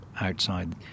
outside